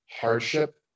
hardship